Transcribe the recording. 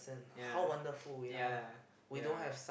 ya ya lah ya